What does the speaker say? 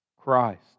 Christ